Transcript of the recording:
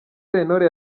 sentore